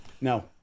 no